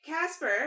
Casper